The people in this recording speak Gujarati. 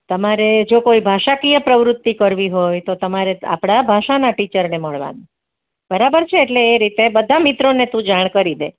તમારે જો કોઈ ભાષાકીય પ્રવૃત્તિ કરવી હોય તો તમારે આપણા ભાષાના ટીચરને મળવાનું બરાબર છે એટલે એ રીતે બધા મિત્રોને તું જાણ કરી દે